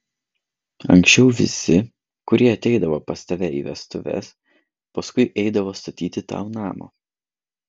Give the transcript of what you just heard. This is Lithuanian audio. anksčiau visi kurie ateidavo pas tave į vestuves paskui eidavo statyti tau namo